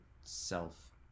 self